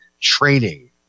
training